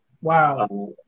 Wow